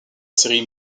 série